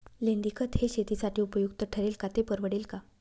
लेंडीखत हे शेतीसाठी उपयुक्त ठरेल का, ते परवडेल का?